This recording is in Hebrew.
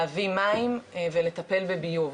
להביא מים ולטפל בביוב,